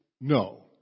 no